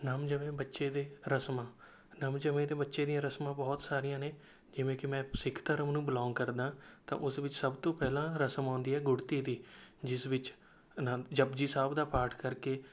ਨਵਜੰਮੇ ਬੱਚੇ ਦੇ ਰਸਮ ਨਵਜੰਮੇ ਦੇ ਬੱਚੇ ਦੀਆਂ ਰਸਮਾਂ ਬਹੁਤ ਸਾਰੀਆਂ ਨੇ ਜਿਵੇਂ ਕਿ ਮੈਂ ਸਿੱਖ ਧਰਮ ਨੂੰ ਬਲੋਂਗ ਕਰਦਾ ਤਾਂ ਉਸ ਵਿੱਚ ਸਭ ਤੋਂ ਪਹਿਲਾਂ ਰਸਮ ਆਉਂਦੀ ਹੈ ਗੁੜ੍ਹਤੀ ਦੀ ਜਿਸ ਵਿੱਚ ਅਨੰਦ ਜਪੁ ਜੀ ਸਾਹਿਬ ਦਾ ਪਾਠ ਕਰਕੇ